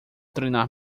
treinar